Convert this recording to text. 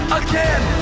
again